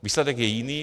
Výsledek je jiný.